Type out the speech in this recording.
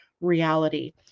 reality